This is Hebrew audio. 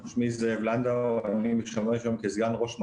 שמי זאב לנדאו, אני משמש היום כסגן ראש מנה"ר,